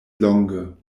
longe